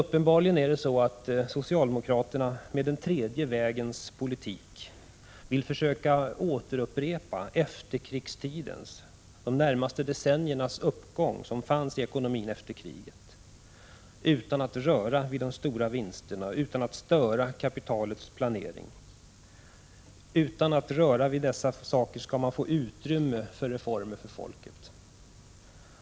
Uppenbarligen vill socialdemokraterna med den tredje försöka upprepa efterkrigsdecenniernas uppgång i ekonomin så att man utan att röra vid de stora vinsterna och utan att störa kapitalägarnas planering skall få utrymme för vissa reformer för folket.